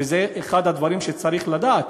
וזה אחד הדברים שצריך לדעת.